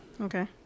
Okay